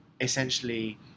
essentially